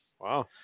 Wow